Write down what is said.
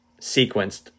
sequenced